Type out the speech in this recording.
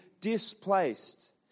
displaced